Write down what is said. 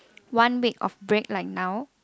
one week of break like now